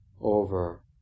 over